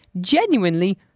genuinely